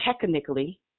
technically